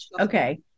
Okay